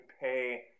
pay